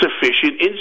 sufficient